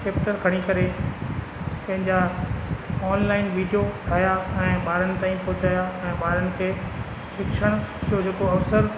chapter पढ़ी करे पंहिंजा ऑनलाइन वीडियो ठाहिया ऐं ॿारनि ताईं पहुचाया ऐं ॿारनि खे शिक्षा जो जेको अवसर